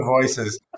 voices